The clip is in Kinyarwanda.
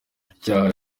icyaha